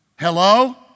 Hello